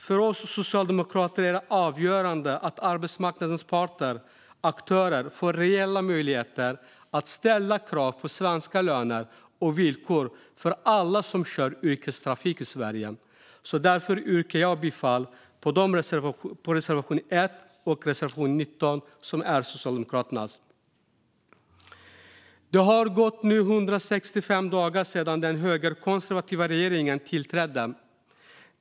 För oss socialdemokrater är det avgörande att arbetsmarknadens parter och aktörer får reella möjligheter att ställa krav på svenska löner och villkor för alla som kör yrkestrafik i Sverige. Därför yrkar jag bifall till reservation 1 och reservation 19 från Socialdemokraterna. Det har nu gått 165 dagar sedan den högerkonservativa regeringen tillträdde.